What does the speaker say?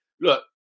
look